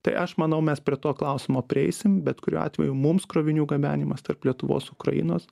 tai aš manau mes prie to klausimo prieisim bet kuriuo atveju mums krovinių gabenimas tarp lietuvos ukrainos